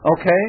Okay